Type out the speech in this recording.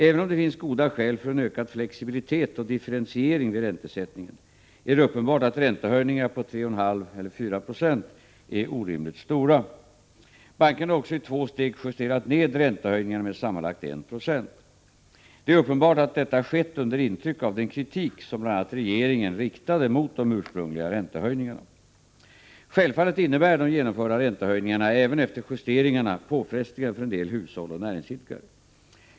Även om det finns goda skäl för en ökad flexibilitet och differentiering vid räntesättningen, är det uppenbart att räntehöjningar på 3,54 96 är orimligt stora. Bankerna har också i två steg justerat ned räntehöjningarna med sammanlagt 1 926. Det är uppenbart att detta skett under intryck av den kritik som bl.a. regeringen riktade mot de ursprungliga räntehöjningarna. Självfallet innebär de genomförda räntehöjningarna, även efter justeringarna, påfrestningar för en del hushåll och näringsidkare.